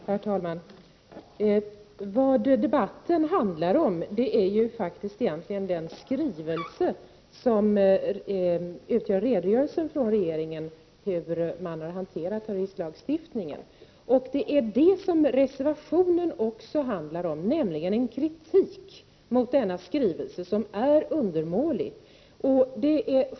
Herr talman! Debatten handlar egentligen om den skrivelse som utgör redogörelsen från regeringen för hur man har hanterat terroristlagstiftningen. Det är det reservationen handlar om också. Reservationen innehåller kritik mot denna skrivelse som är undermålig.